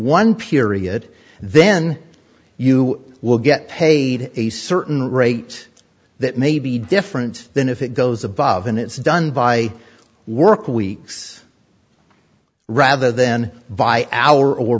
one period then you will get paid a certain rate that may be different than if it goes above and it's done by work weeks rather then by hour or